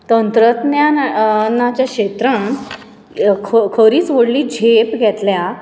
तंत्रज्ञानाचे क्षेत्रान ख खरीच व्हडली झेप घेतल्या